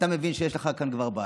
אתה מבין שיש לך כאן כבר בעיה.